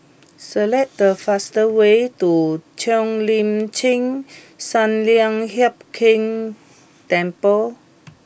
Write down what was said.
select the fast way to Cheo Lim Chin Sun Lian Hup Keng Temple